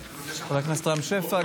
מתחייבת אני רם שפע,